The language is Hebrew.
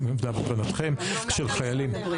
להבנתכם, של חיילים.